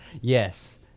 yes